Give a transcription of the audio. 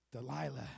Delilah